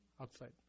outside